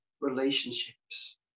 relationships